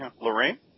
Lorraine